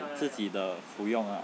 自己的服用 ah